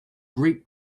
great